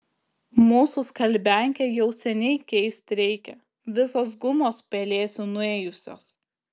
mūsų skalbiankę jau seniai keist reikia visos gumos pelėsiu nuėjusios